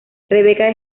rebeca